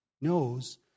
knows